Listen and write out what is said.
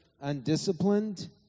undisciplined